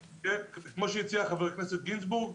כמו שהציע חבר הכנסת גינזבורג.